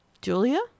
Julia